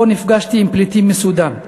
שבו נפגשתי עם פליטים מסודאן,